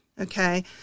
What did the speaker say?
okay